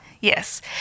Yes